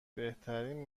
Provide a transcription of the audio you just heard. بهترین